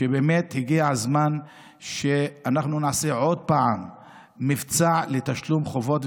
באמת הגיע הזמן שאנחנו נעשה עוד פעם מבצע לתשלום חובות,